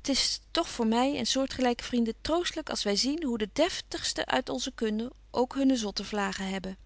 t is toch voor my en soortgelyke vrienden troostlyk als wy zien hoe de deftigsten uit onze kudde ook hunne zotte vlagen hebben